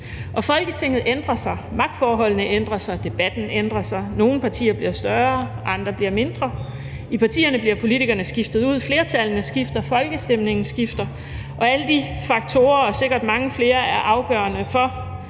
Folketinget ændrer sig, magtforholdene ændrer sig, debatten ændrer sig, nogle partier bliver større, andre bliver mindre. I partierne bliver politikerne skiftet ud, flertallene skifter, folkestemningen skifter, og alle de faktorer og sikkert mange flere er afgørende for,